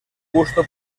gusto